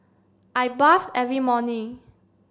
I bath every morning